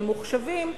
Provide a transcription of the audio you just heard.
ממוחשבים,